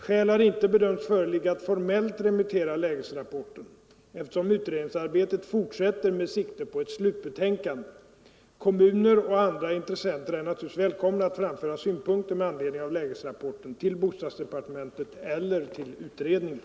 Skäl har inte bedömts föreligga att formellt remittera lägesrapporten, eftersom utredningsarbetet fortsätter med sikte på ett slutbetänkande. Kommuner och andra intressenter är naturligtvis välkomna att framföra synpunkter med anledning av lägesrapporten till bostadsdepartementet eller till utredningen.